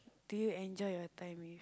do you enjoy your time with